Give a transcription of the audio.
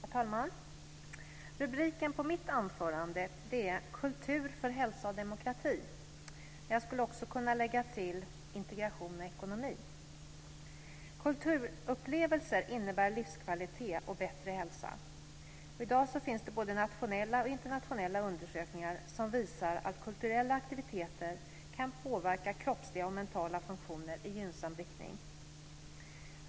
Herr talman! Rubriken på mitt anförande är: Kultur för hälsa och demokrati. Jag skulle också kunna lägga till integration och ekonomi. Kulturupplevelser innebär livskvalitet och bättre hälsa. I dag finns det både nationella och internationella undersökningar som visar att kulturella aktiviteter kan påverka kroppsliga och mentala funktioner i gynnsam riktning.